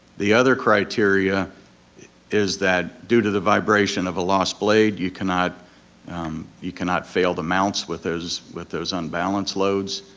the other criteria is that due to the vibration of a lost blade you cannot you cannot fail the mounts with those with those unbalanced loads,